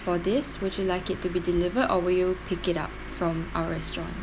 for this would you like it to be delivered or you'll pick it up from our restaurant